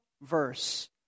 verse